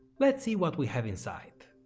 let's see what we have inside.